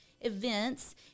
events